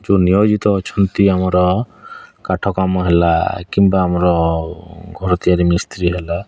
ଯେଉଁ ନିୟୋଜିତ ଅଛନ୍ତି ଆମର କାଠ କାମ ହେଲା କିମ୍ବା ଆମର ଘର ତିଆରି ମିସ୍ତ୍ରୀ ହେଲା